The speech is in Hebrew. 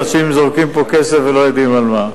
אנשים זורקים פה כסף ולא יודעים על מה.